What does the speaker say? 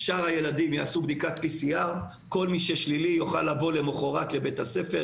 שאר הילדים יעשו בדיקת PCR. כל מי ששלילי יוכל לבוא למחרת לבית הספר,